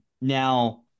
Now